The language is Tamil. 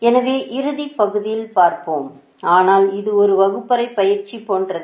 எனவே இறுதியில் பார்ப்போம் ஆனால் இது ஒரு வகுப்பறை பயிற்சி போன்றது